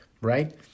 right